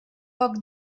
poc